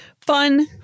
fun